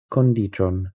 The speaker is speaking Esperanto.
kondiĉon